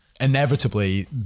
inevitably